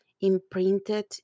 imprinted